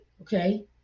okay